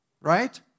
Right